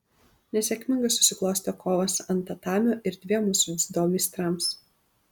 nesėkmingai susiklostė kovos ant tatamio ir dviem mūsų dziudo meistrams